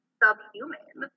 subhuman